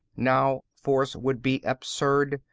now force would be absurd,